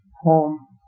home